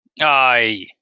Aye